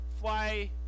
fly